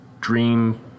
dream